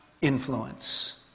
influence